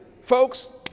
Folks